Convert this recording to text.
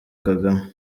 kagame